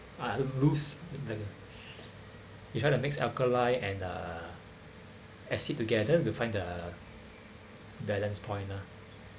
uh loo~ loose you try to mix alkali and uh acid together to find uh balance point lah